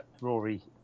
Rory